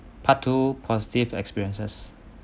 part two positive experiences